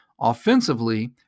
Offensively